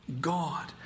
God